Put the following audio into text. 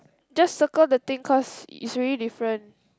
just circle the thing cause it's really different